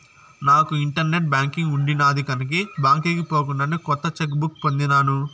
నాకు internet banking ఉండిన్నాది కనుకే బాంకీకి పోకుండానే కొత్త చెక్ బుక్ పొందినాను